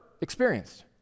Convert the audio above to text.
experienced